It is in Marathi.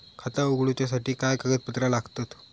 खाता उगडूच्यासाठी काय कागदपत्रा लागतत?